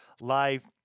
live